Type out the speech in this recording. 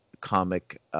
comic